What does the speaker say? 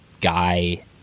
guy